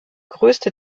größte